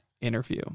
interview